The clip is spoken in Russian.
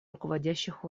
руководящих